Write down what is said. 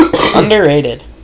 Underrated